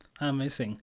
Amazing